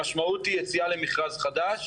המשמעות היא יציאה למכרז חדש.